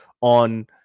on